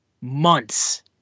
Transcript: months